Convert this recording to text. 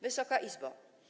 Wysoka Izbo!